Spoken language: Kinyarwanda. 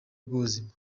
rw’ubuzima